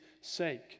sake